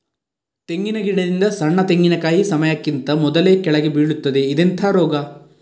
ತೆಂಗಿನ ಗಿಡದಿಂದ ಸಣ್ಣ ತೆಂಗಿನಕಾಯಿ ಸಮಯಕ್ಕಿಂತ ಮೊದಲೇ ಕೆಳಗೆ ಬೀಳುತ್ತದೆ ಇದೆಂತ ರೋಗ?